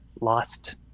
lost